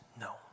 No